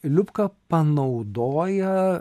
liubka panaudoja